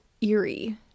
eerie